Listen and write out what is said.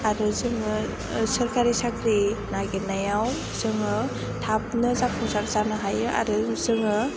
आरो जों सोरखारि साख्रि नायगिरनायाव जों थाबनो जाफुंसार जानो हायो आरो जों